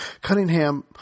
Cunningham